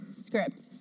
script